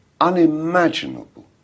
unimaginable